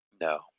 No